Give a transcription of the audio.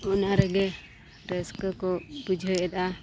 ᱚᱱᱟ ᱨᱮᱜᱮ ᱨᱟᱹᱥᱠᱟᱹ ᱠᱚ ᱵᱩᱡᱷᱟᱹᱣᱮᱫᱟ